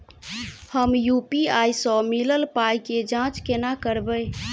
हम यु.पी.आई सअ मिलल पाई केँ जाँच केना करबै?